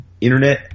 internet